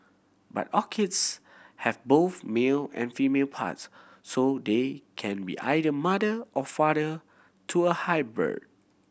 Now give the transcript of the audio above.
but orchids have both male and female parts so they can be either mother or father to a hybrid